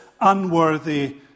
unworthy